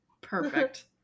perfect